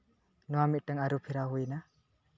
ᱱᱚᱣᱟ ᱢᱤᱫᱴᱟᱱ ᱟᱹᱨᱩ ᱯᱷᱮᱨᱟᱣ ᱦᱩᱭᱱᱟ